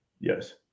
yes